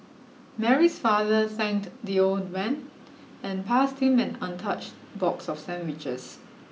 Mary's father thanked the old man and passed him an untouched box of sandwiches